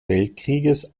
weltkrieges